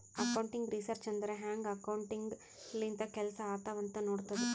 accounting research ಅಂದುರ್ ಹ್ಯಾಂಗ್ accounting ಲಿಂತ ಕೆಲ್ಸಾ ಆತ್ತಾವ್ ಅಂತ್ ನೋಡ್ತುದ್